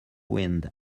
wind